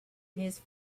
his